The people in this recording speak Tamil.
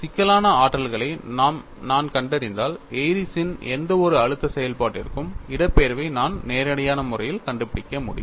சிக்கலான ஆற்றல்களை நான் கண்டறிந்தால் ஏரிஸ்ன் Airy's எந்தவொரு அழுத்த செயல்பாட்டிற்கும் இடப்பெயர்வை நான் நேரடியான முறையில் கண்டுபிடிக்க முடியும்